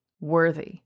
worthy